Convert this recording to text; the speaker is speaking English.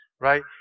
Right